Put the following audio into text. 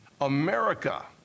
America